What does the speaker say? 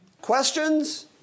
Questions